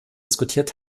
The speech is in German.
diskutiert